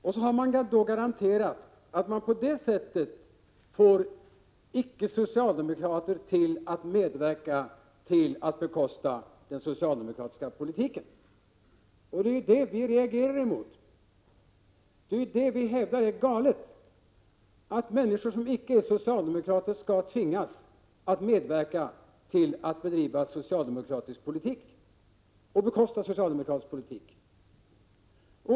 Därmed har man garanterat att på det sättet få icke-socialdemokrater att medverka till att bekosta den socialdemokratiska politiken. Det är det vi reagerar emot. Det är det vi hävdar är galet — att människor som icke är socialdemokrater skall tvingas att medverka till att bekosta socialdemokratisk politik.